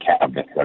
cabinet